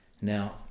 now